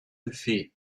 buffet